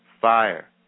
fire